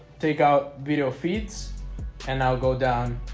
take out video feeds and now go down